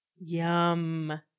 Yum